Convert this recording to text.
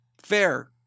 Fair